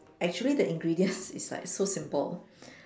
actually the ingredients is like so simple